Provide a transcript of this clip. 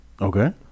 Okay